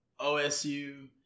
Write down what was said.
OSU